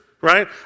Right